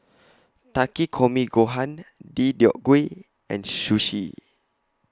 Takikomi Gohan Deodeok Gui and Sushi